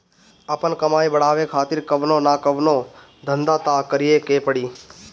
आपन कमाई बढ़ावे खातिर कवनो न कवनो धंधा तअ करीए के पड़ी